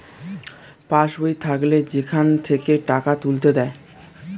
pass বই থাকলে সেখান থেকে টাকা তুলতে দেয়